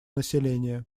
населения